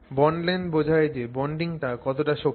bond length বোঝায় যে bonding টা কতটা শক্ত